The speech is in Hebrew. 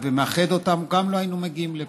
ומאחד אותם, גם לא היינו מגיעים לפה.